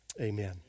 amen